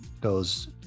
goes